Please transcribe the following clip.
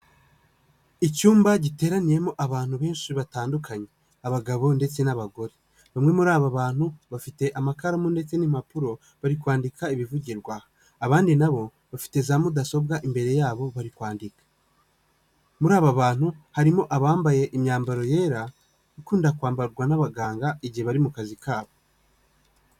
Icyumba giteraniyemo abantu benshi batandukanye ,abagabo ndetse n'abagore, bamwe muri aba bantu bafite amakaramu ndetse n'impapuro bari kwandika ibivugirwa aha , abandi nabo bafite za mudasobwa imbere yabo bari kwandika ,muri aba bantu harimo abambaye imyambaro yera ,ikunda kwambarwa n'abaganga igihe bari mu kazi kabo.